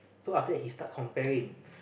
so after that he start comparing